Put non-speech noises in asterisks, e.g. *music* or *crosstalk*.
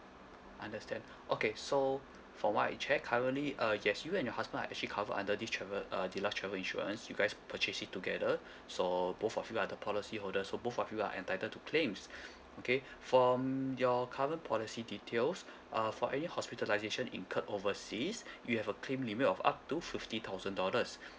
understand *breath* okay so from I check currently uh yes you and your husband are actually cover under this travel uh deluxe travel insurance you guys purchased it together *breath* so both of you are the policy holder so both of you are entitled to claims *breath* okay from your current policy details uh for any hospitalisation incurred overseas you have a claim limit of up to fifty thousands dollars